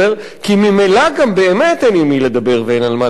כי ממילא גם באמת אין עם מי לדבר ואין על מה לדבר.